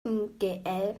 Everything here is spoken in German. opengl